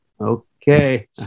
okay